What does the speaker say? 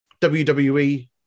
WWE